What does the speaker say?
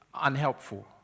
unhelpful